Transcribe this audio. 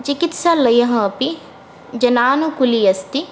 चिकित्सालयः अपि जनानुकूलि अस्ति